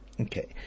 Okay